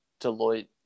deloitte